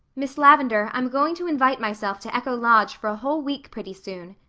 miss lavendar, i'm going to invite myself to echo lodge for a whole week pretty soon.